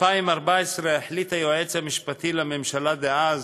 2014 החליט היועץ המשפטי לממשלה דאז,